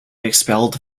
expelled